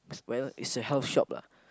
well it's a health shop lah